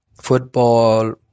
Football